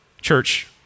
Church